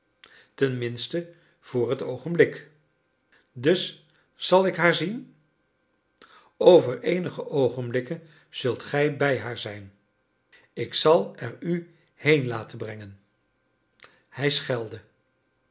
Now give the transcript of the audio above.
voor het oogenblik dus zal ik haar zien over eenige oogenblikken zult gij bij haar zijn ik zal er u heen laten brengen hij schelde